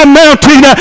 mountain